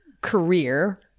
career